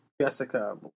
Jessica